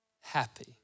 happy